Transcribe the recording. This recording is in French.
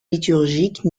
liturgiques